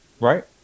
Right